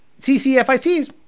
CCFICs